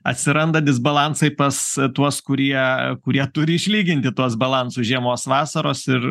atsiranda disbalansai pas tuos kurie kurie turi išlyginti tuos balansus žiemos vasaros ir